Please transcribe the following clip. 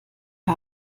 die